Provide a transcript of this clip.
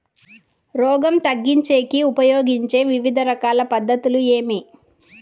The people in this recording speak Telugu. రోగం తగ్గించేకి ఉపయోగించే వివిధ రకాల పద్ధతులు ఏమి?